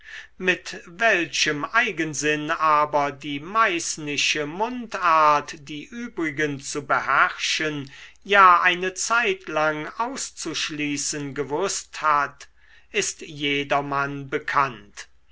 mit welchem eigensinn aber die meißnische mundart die übrigen zu beherrschen ja eine zeitlang auszuschließen gewußt hat ist jedermann bekannt